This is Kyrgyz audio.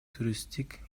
туристтик